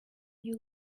you